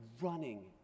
running